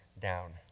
down